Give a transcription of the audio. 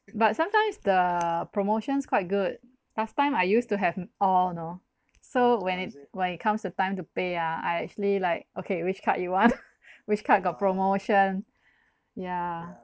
but sometimes the promotions quite good last time I used to have all you know so when it when it comes the time to pay ah I actually like okay which card you want which card got promotion ya